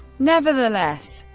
nevertheless,